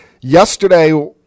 yesterday